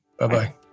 Bye-bye